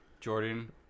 Jordan